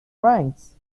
francs